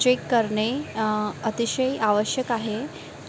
check करणे अतिशय आवश्यक आहे